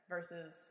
Versus